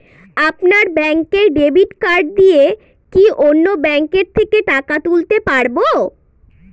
আপনার ব্যাংকের debit card দিয়ে কি অন্য ব্যাংকের থেকে টাকা তুলতে পারবো?